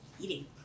eating